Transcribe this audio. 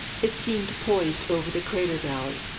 it seemed poised over the crater valley,